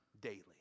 daily